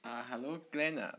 ah hello glen uh